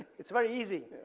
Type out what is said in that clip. it's very easy.